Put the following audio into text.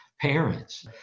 parents